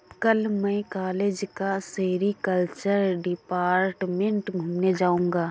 कल मैं कॉलेज का सेरीकल्चर डिपार्टमेंट घूमने जाऊंगा